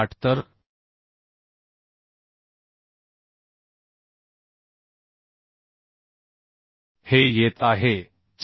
तर हे येत आहे 4